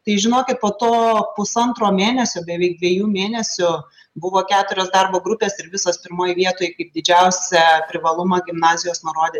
tai žinokit po to pusantro mėnesio beveik dviejų mėnesių buvo keturios darbo grupės ir visos pirmoj vietoj kaip didžiausią privalumą gimnazijos nurodė